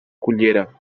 cullera